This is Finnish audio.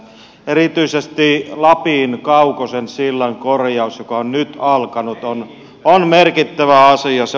erityisesti lapin kaukosen sillan korjaus joka on nyt alkanut on merkittävä asia